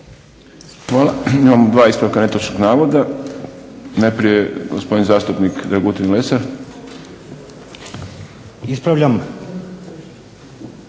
Hvala. Imamo dva ispravka netočnog navoda. Najprije gospodin zastupnik Dragutin Lesar. **Lesar,